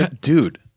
Dude